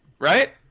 Right